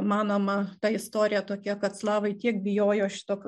manoma ta istorija tokia kad slavai tiek bijojo šito